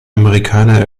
amerikaner